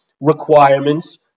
requirements